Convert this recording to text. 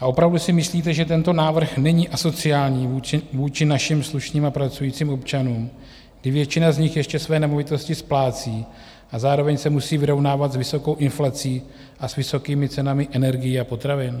Opravdu si myslíte, že tento návrh není asociální vůči našim slušným a pracujícím občanům, kdy většina z nich ještě své nemovitosti splácí a zároveň se musí vyrovnávat s vysokou inflací a s vysokými cenami energií a potravin?